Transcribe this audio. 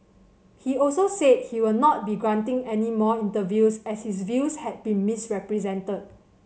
he also said he will not be granting any more interviews as his views had been misrepresented